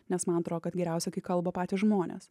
nes man atrodo kad geriausia kai kalba patys žmonės